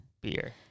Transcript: Beer